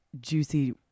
juicy